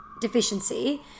deficiency